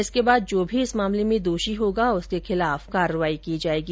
उसके बाद जो भी इस मामले में दोषी होगा उसके खिलाफ कार्रवाई की जाएगी